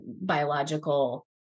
biological